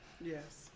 Yes